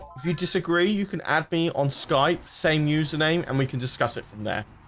if you disagree you can add me on skype same username and we can discuss it from there.